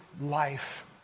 life